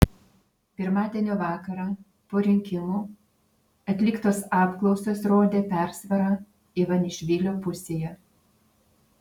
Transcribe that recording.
pirmadienio vakarą po rinkimų atliktos apklausos rodė persvarą ivanišvilio pusėje